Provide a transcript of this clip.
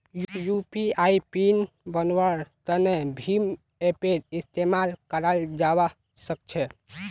UPI PIN बन्वार तने भीम ऐपेर इस्तेमाल कराल जावा सक्छे